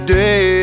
day